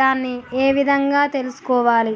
దాన్ని ఏ విధంగా తెలుసుకోవాలి?